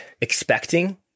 expecting